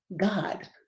God